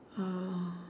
uh